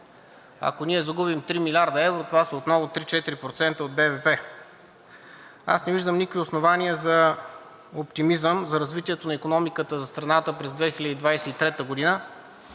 Ако ние загубим 3 млрд. евро, това са отново 3 – 4% от БВП. Не виждам никакви основания за оптимизъм за развитието на икономиката на страната през 2023 г.